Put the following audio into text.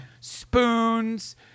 spoons